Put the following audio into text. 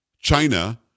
China